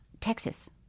Texas